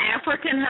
African